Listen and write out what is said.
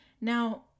now